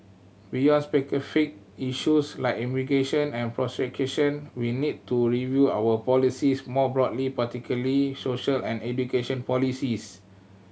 beyond specific issues like immigration and procreation we need to review our policies more broadly particularly social and education policies